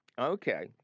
Okay